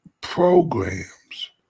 programs